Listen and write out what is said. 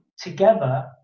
together